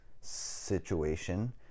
situation